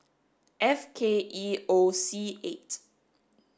F K E O C eight